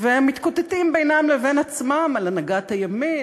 והם מתקוטטים בינם לבין עצמם על הנהגת הימין,